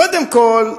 קודם כול,